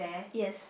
yes